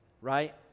right